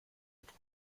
druck